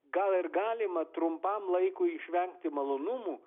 gal ir galima trumpam laikui išvengti malonumų